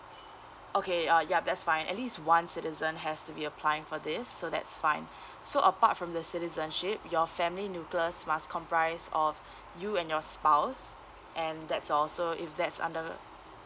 okay uh ya that's fine at least one citizen has to be applying for this so that's fine so apart from the citizenship your family nucleus must comprise of you and your spouse and that's all so if that's under